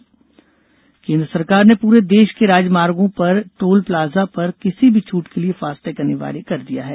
FASTag केन्द्र सरकार ने पूरे देश के राजमार्गों पर टोल प्लाजा पर किसी भी छट के लिए फास्टैग अनिवार्य कर दिया है